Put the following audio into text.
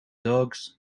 dogs